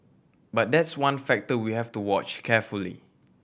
but that's one factor we have to watch carefully